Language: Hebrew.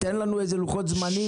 תן לנו לוחות זמנים.